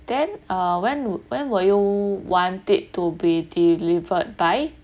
then uh when when will you want it to be delivered by